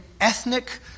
ethnic